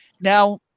Now